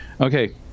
Okay